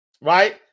right